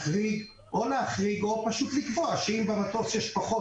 או להחריג או לקבוע שאם במטוס יש פחות